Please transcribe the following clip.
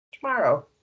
tomorrow